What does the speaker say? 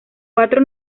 cuatro